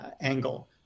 angle